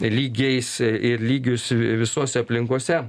lygiais ir lygius visose aplinkose